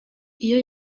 iyo